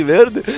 Verde